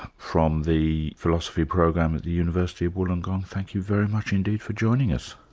from the philosophy program at the university of wollongong, thank you very much indeed for joining us.